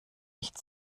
nicht